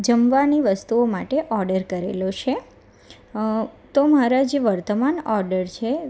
જમવાની વસ્તુઓ માટે ઓડર કરેલો છે તો મારા જે વર્તમાન ઓડર છે